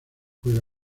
juega